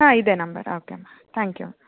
ಹಾಂ ಇದೆ number okay ಮಾ ತ್ಯಾಂಕ್ ಯು ಮಾ